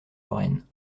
lorraine